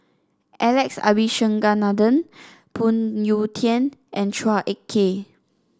Alex Abisheganaden Phoon Yew Tien and Chua Ek Kay